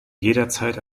jederzeit